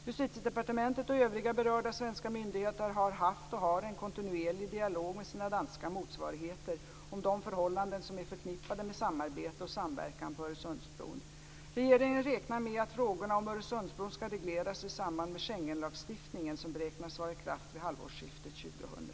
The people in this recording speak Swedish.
Justitiedepartementet, och övriga berörda svenska myndigheter, har haft och har en kontinuerlig dialog med sin danska motsvarighet om de förhållanden som är förknippade med samarbete och samverkan på Regeringen räknar med att frågorna om Öresundsbron skall regleras i samband med Schengenlagstiftningen, som beräknas vara i kraft vid halvårsskiftet 2000.